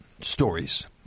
stories